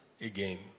again